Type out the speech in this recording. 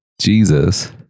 Jesus